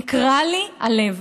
נקרע לי הלב.